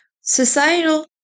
societal